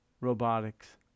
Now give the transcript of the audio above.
robotics